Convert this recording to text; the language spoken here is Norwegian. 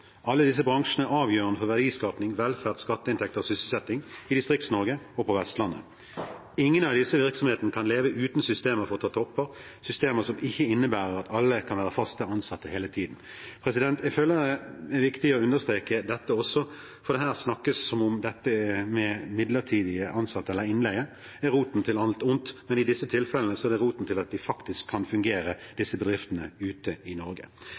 Alle disse bransjene er avgjørende for verdiskaping, velferd, skatteinntekter og sysselsetting i Distrikts-Norge og på Vestlandet. Ingen av disse virksomhetene kan leve uten systemer for å ta topper, systemer som ikke innebærer at alle kan være fast ansatt hele tiden. Jeg føler det er viktig å understreke dette også, for det snakkes her som om midlertidige ansettelser eller innleie er roten til alt ondt, men i disse i tilfellene er det roten til at disse bedriftene ute i Norge faktisk kan fungere.